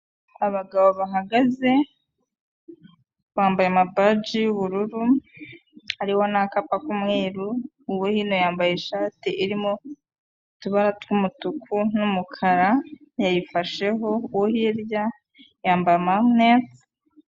Abagabo bahagaze, bambaye amabaji y'ubururu, ariho n'akapa k'umweru, uwo hino yambaye ishati irimo utubara tw'umutuku n'umukara yayifasheho, uwo hirya yambaye amarinete...